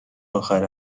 اخر